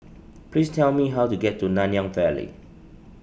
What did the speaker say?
please tell me how to get to Nanyang Valley